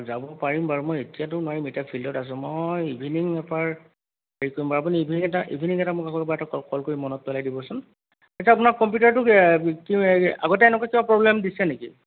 যাব পাৰিম বাৰু মই এতিয়াতো নোৱাৰিম এতিয়া ফিল্ডত আছোঁ মই ইভিনিং এবাৰ হেৰি কৰিম বাৰু আপুনি ইভিনিং এটা ইভিনিং এটা মোক আকৌ এটা কল কল কৰি মনত পেলাই দিবচোন এতিয়া আপোনাক কম্পিউটাৰটো আগতে এনেকুৱা কিবা প্ৰব্লেম দিছে নেকি